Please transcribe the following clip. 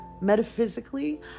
metaphysically